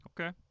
Okay